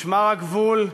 משמר הגבול,